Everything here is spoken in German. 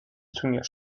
turniers